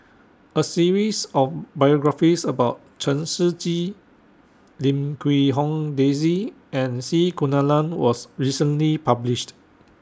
A series of biographies about Chen Shiji Lim Quee Hong Daisy and C Kunalan was recently published